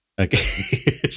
Okay